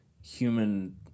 human